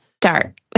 dark